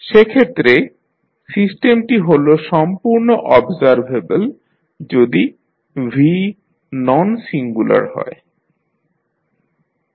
সেক্ষেত্রে সিস্টেমটি হল সম্পূর্ণ অবজারভেবল যদি V ননসিঙ্গুলার হয়